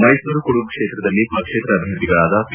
ಮೈಸೂರು ಕೊಡಗು ಕ್ಷೇತ್ರದಲ್ಲಿ ಪಕ್ಷೇತರ ಅಭ್ಯರ್ಥಿಗಳಾದ ಪಿ